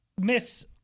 Miss